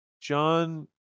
John